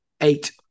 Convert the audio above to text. Eight